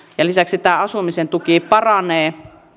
ja lisäksi tämä asumisen tuki paranee